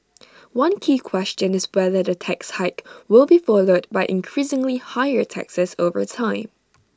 one key question is whether the tax hike will be followed by increasingly higher taxes over time